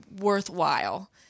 worthwhile